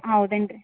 ಹೌದೇನ್ರೀ